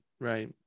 right